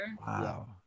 Wow